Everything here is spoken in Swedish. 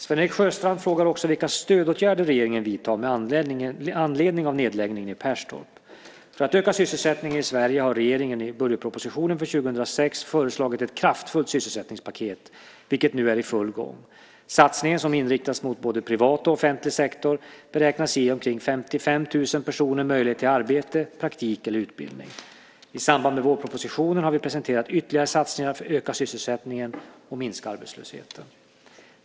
Sven-Erik Sjöstrand frågar också vilka stödåtgärder regeringen vidtar med anledning av nedläggningen i Perstorp. För att öka sysselsättningen i Sverige har regeringen i budgetpropositionen för 2006 föreslagit ett kraftfullt sysselsättningspaket, vilket nu är i full gång. Satsningen, som inriktas mot både privat och offentlig sektor, beräknas ge omkring 55 000 personer möjlighet till arbete, praktik eller utbildning. I samband med vårpropositionen har vi presenterat ytterligare satsningar för att öka sysselsättningen och minska arbetslösheten.